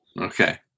Okay